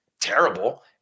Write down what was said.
terrible